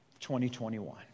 2021